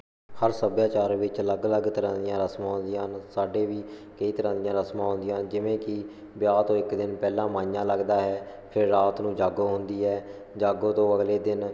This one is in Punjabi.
ਹਰ ਸੱਭਿਆਚਾਰ ਵਿੱਚ ਅਲੱਗ ਅਲੱਗ ਤਰ੍ਹਾਂ ਦੀਆਂ ਰਸਮਾਂ ਹੁੰਦੀਆਂ ਹਨ ਸਾਡੇ ਵੀ ਕਈ ਤਰ੍ਹਾਂ ਦੀਆਂ ਰਸਮਾਂ ਹੁੰਦੀਆਂ ਹਨ ਜਿਵੇ ਕਿ ਵਿਆਹ ਤੋਂ ਇੱਕ ਦਿਨ ਪਹਿਲਾਂ ਮਾਈਂਆ ਲੱਗਦਾ ਹੈ ਫਿਰ ਰਾਤ ਨੂੰ ਜਾਗੋ ਹੁੰਦੀ ਹੈ ਜਾਗੋ ਤੋਂ ਅਗਲੇ ਦਿਨ